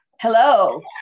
Hello